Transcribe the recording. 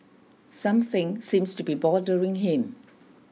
something seems to be bothering him